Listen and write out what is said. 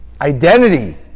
identity